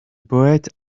poète